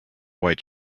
white